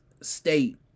state